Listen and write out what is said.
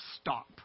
stop